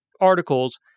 articles